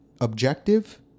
objective